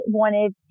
wanted